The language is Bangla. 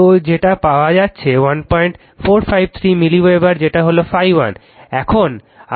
তো যেটা পাওয়া যাচ্ছে 1453 mWb যেটা হলো ∅1